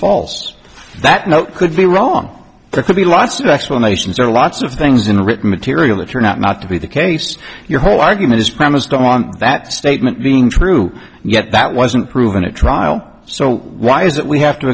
false that now could be wrong could be lots of explanations or lots of things in a written material that turned out not to be the case your whole argument is premised on that statement being true yet that wasn't proven a trial so why is that we have to